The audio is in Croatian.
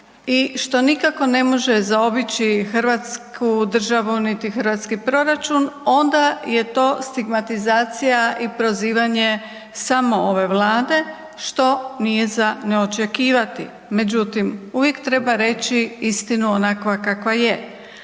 i što nikako ne može zaobići Hrvatsku državu, niti hrvatski proračun, onda je to stigmatizacija i prozivanje samo ove Vlade što nije za ne očekivati, međutim uvijek treba reći istinu onakva kakva je,